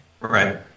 right